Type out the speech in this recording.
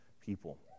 people